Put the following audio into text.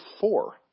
four